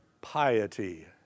piety